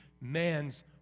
man's